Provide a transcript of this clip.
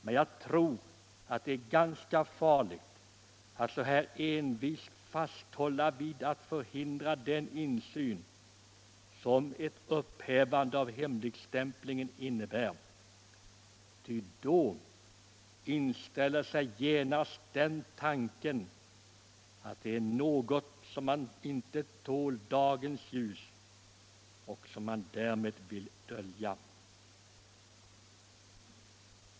Men jag tror att det är ganska farligt att så här envist fasthålla vid att förhindra den insyn som ett upphävande av hemligstämplingen innebär — ty då inställer sig genast den tanken att det är något som inte tål dagens ljus och som man därmed vill dölja.